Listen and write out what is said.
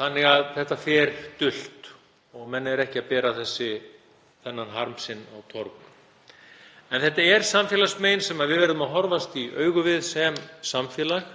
þannig að þetta fer dult og menn bera ekki þennan harm sinn á torg. En þetta er samfélagsmein sem við verðum að horfast í augu við sem samfélag